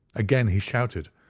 again he shouted,